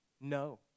No